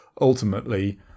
ultimately